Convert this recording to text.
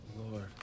Lord